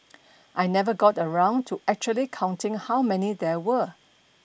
I never got around to actually counting how many there were